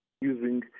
using